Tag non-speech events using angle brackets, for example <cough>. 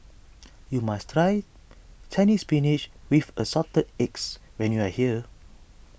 <noise> you must try Chinese Spinach with Assorted Eggs when you are here